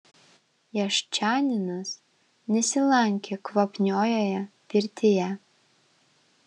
jaščaninas nesilankė kvapniojoje pirtyje